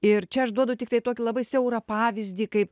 ir čia aš duodu tiktai tokį labai siaurą pavyzdį kaip